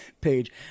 page